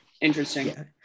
interesting